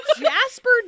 Jasper